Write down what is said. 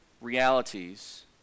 realities